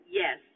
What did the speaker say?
yes